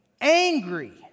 angry